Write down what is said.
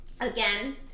Again